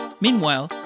Meanwhile